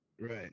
right